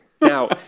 Now